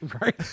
Right